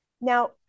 Now